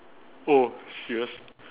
oh serious